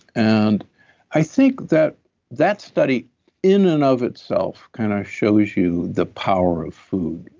and i think that that study in and of itself kind of shows you the power of food.